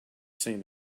same